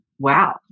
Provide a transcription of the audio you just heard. wow